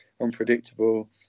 unpredictable